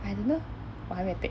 I don't know 我还没有 take